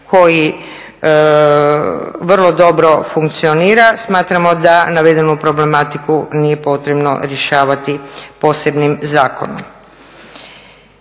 koji vrlo dobro funkcionira, smatramo da navedenu problematiku nije potrebno rješavati posebnim zakonom.